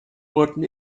wurden